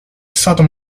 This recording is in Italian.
stato